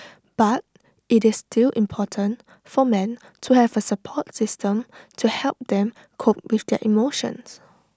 but IT is still important for men to have A support system to help them cope with their emotions